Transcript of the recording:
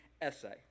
essay